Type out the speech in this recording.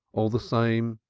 all the same,